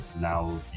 now